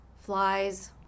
flies